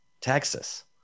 Texas